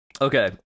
Okay